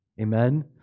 amen